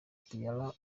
diarra